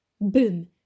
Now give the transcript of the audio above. Boom